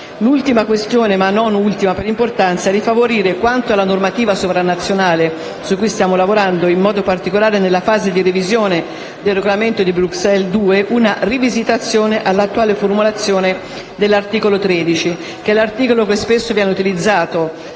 L'ultima questione - ma non ultima per importanza - riguarda la necessità di favorire, quanto alla normativa sovranazionale (su cui stiamo lavorando, in modo particolare nella fase di revisione del Regolamento di Bruxelles II), una rivisitazione all'attuale formulazione dell'articolo 13, che spesso viene utilizzato